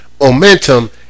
Momentum